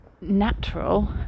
natural